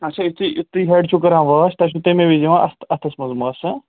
اچھا یُتھ تُہۍ یُتھ تُہۍ ہٮ۪ڈ چھُو کران واش تۄہہِ چھُو تَمے وِزِ یوان اَتھ اَتھَس منٛز مس ہاں